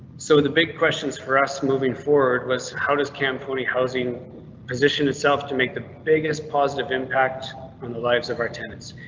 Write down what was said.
so the big questions for us moving forward was how does camponi housing positioned itself to make the biggest positive impact on the lives of our tenants?